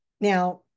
Now